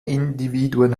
individuen